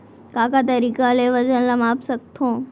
का का तरीक़ा ले वजन ला माप सकथो?